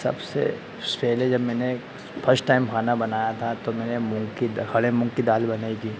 सबसे पहले जब मेने फस्ट टाइम जब खाना बनाया था तो मैंने मूँग की दा खड़े मूँग की दाल बनाई थी